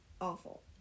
awful